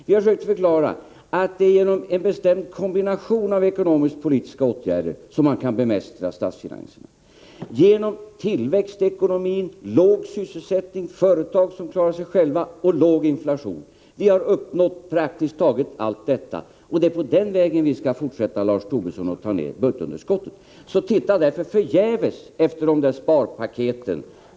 Vi har försökt att förklara att det är genom en bestämd kombination av ekonomisk-politiska åtgärder som man kan bemästra statsfinanserna — genom tillväxt i ekonomin, genom låg sysselsättning, genom företag som klarar sig själva och genom låg inflation. Vi har uppnått precis allt detta, och det är på den vägen vi skall fortsätta, Lars Tobisson, när det gäller att få ned budgetunderskottet. Så titta förgäves efter sparpaketen!